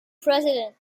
president